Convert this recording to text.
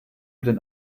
denn